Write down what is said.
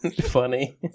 Funny